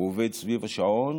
הוא עובד סביב השעון